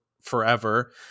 forever